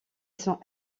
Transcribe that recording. sont